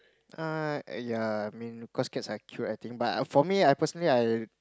uh ya I mean cause cats are cute I think but uh for me uh I personally I